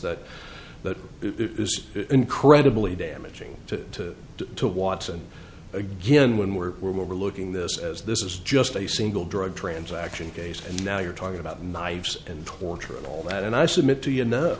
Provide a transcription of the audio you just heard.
that that is incredibly damaging to do to watson again when we're we're overlooking this as this is just a single drug transaction case and now you're talking about knives and torture and all that and i submit to you know